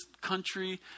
country